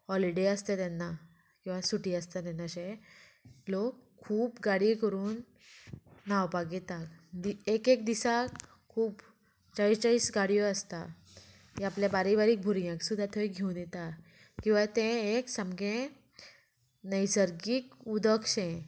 holiday आसता तेन्ना किंवां सुटी आसता तेन्ना अशें लोक खूब गाडये करून न्हांवपाक येता दि एक एक दिसाक खूब चाळीस चाळीस गाडयो आसता ते आपल्या बारीक बारीक भुरग्यांक सुद्दां थंय घेवन येता किंवां तें एक सामकें नैसर्गीक उदकशें